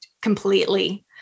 completely